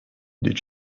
did